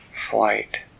flight